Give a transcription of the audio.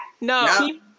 No